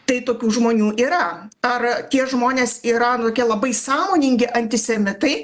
tai tokių žmonių yra ar tie žmonės yra labai sąmoningi antisemitai